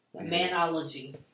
Manology